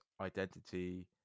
identity